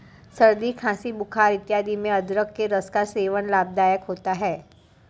सर्दी खांसी बुखार इत्यादि में अदरक के रस का सेवन लाभदायक होता है